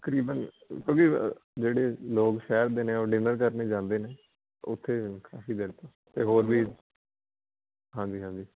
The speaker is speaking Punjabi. ਤਕਰੀਬਨ ਕਰੀਬ ਜਿਹੜੇ ਲੋਕ ਸ਼ਹਿਰ ਦੇ ਨੇ ਉਹ ਡਿਨਰ ਕਰਨ ਲਈ ਜਾਂਦੇ ਨੇ ਉੱਥੇ ਕਾਫੀ ਦੇਰ ਤੋਂ ਅਤੇ ਹੋਰ ਵੀ ਹਾਂਜੀ ਹਾਂਜੀ